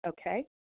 okay